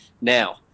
Now –